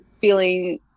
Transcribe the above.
feeling